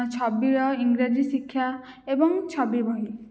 ଛବିଳ ଇଂରାଜୀ ଶିକ୍ଷା ଏବଂ ଛବି ବହି